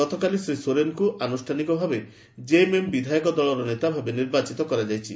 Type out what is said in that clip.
ଗତକାଲି ଶ୍ରୀ ସୋରେନଙ୍କୁ ଆନୁଷ୍ଠାନିକ ଭାବେ ଜେଏମ୍ଏମ୍ ବିଧାୟକ ଦଳର ନେତା ଭାବେ ନିର୍ବାଚିତ କରାଯାଇଛି